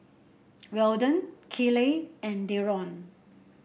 Weldon Kiley and Deron